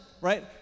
right